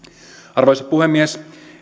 arvoisa puhemies